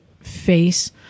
face